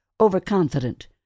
overconfident